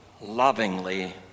lovingly